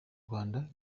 rwanda